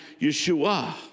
Yeshua